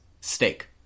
Steak